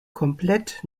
komplett